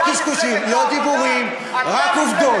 לא קשקושים, לא דיבורים, רק עובדות.